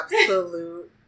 absolute